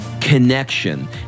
connection